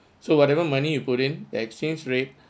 so whatever money you put in the exchange rate